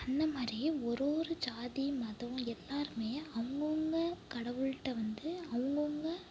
அந்த மாதிரி ஒரு ஒரு ஜாதி மதம் எல்லோருமே அவங்கவுங்க கடவுள்கிட்ட வந்து அவங்கவுங்க